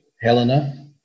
Helena